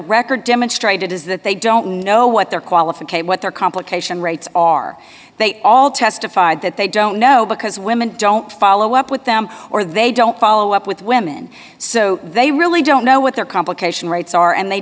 record demonstrated is that they don't know what their qualification what their complication rates are they all testified that they don't know because women don't follow up with them or they don't follow up with women so they really don't know what their complication rates are and they